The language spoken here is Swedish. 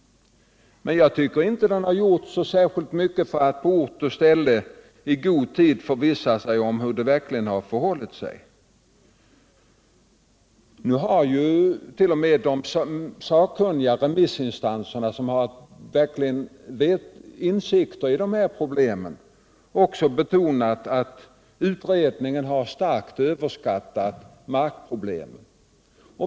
Jag tycker inte att den har gjort sig särskilt mycket besvär för att på ort och ställe i god tid förvissa sig om hur det verkligen förhåller sig. Nu har t.o.m. de sakkunniga remissinstanserna, som verkligen har insikter i dessa problem, betonat att utredningen starkt överskattat markproblemen.